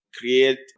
create